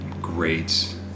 great